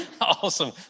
Awesome